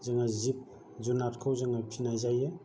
जोङो जिब जुनारखौ जोङो फिनाय जायो